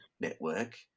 network